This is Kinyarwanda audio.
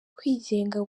kwigenga